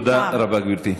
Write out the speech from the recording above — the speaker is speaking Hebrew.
תודה רבה, גברתי.